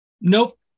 Nope